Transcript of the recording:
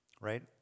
right